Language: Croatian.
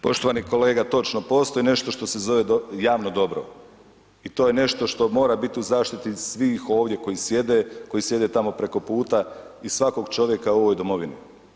Poštovani kolega, točno, postoji nešto što se zove javno dobro i to je nešto što mora biti u zaštiti svih ovdje koji sjede, koji sjede tamo preko puta i svakog čovjeka u ovoj domovini.